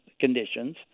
conditions